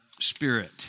Spirit